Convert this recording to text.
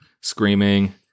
screaming